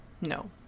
No